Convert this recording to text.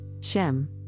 Shem